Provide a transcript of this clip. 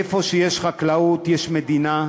איפה שיש חקלאות יש מדינה,